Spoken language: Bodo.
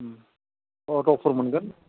अट'फोर मोनगोन